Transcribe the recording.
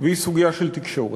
והיא סוגיה של תקשורת.